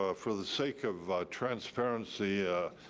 ah for the sake of transparency,